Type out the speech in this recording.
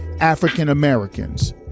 African-Americans